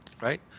Right